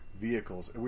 vehicles